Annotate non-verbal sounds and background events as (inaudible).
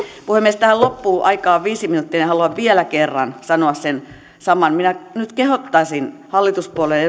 puhemies tähän loppuun aikaa on viisi minuuttia haluan vielä kerran sanoa sen saman minä nyt kehottaisin että hallituspuolueiden (unintelligible)